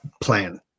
Plan